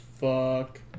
fuck